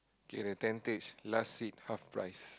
okay the tentage last seat half price